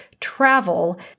travel